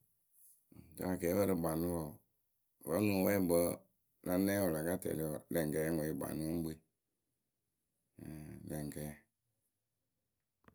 mɨŋ akɛɛpǝ rɨ kpanʊ wɔ wǝ́ nɨŋ wɛɛkpǝ la nɛŋwǝ wǝ la ka tɛlɩ wɔ lɛŋkɛɛ ŋwe kpanʊ wɨ ŋ lɛŋkɛɛ.